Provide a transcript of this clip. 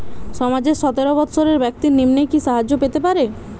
সমাজের সতেরো বৎসরের ব্যাক্তির নিম্নে কি সাহায্য পেতে পারে?